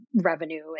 revenue